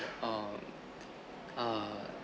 um err